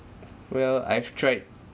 well I've tried